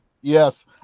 Yes